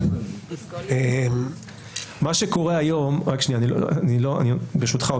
מה שקורה היום הוא